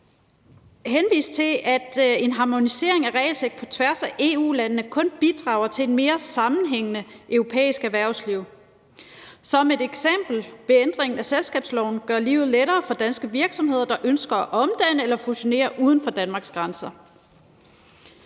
en harmonisering af regelsæt på tværs af EU-landene kun bidrager til et mere sammenhængende europæisk erhvervsliv. Som et eksempel vil ændringen af selskabsloven gøre livet lettere for danske virksomheder, der ønsker at omdanne eller fusionere uden for Danmarks grænser.